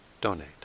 donate